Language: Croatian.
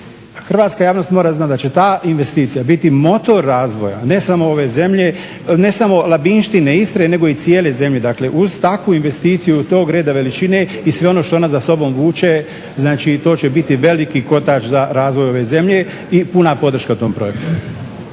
hrvatska javnost mora znat da će ta investicija biti motor razvoja ne samo Labinštine, Istre nego i cijele zemlje. Dakle, uz takvu investiciju tog reda, veličine i sve ono što ona za sobom vuče znači to će biti veliki kotač za razvoj ove zemlje i puna podrška tom projektu.